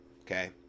Okay